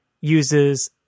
uses